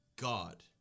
God